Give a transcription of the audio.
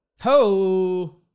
Ho